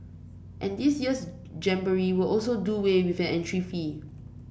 and this year's jamboree will also do way with an entry fee